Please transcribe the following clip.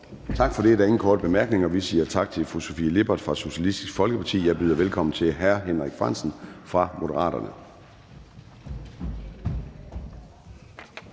Tak for det. Der er ingen korte bemærkninger. Vi siger tak til fru Astrid Carøe fra Socialistisk Folkeparti. Jeg byder nu velkommen til fru Charlotte Munch fra Danmarksdemokraterne.